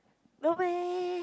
no meh